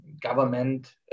government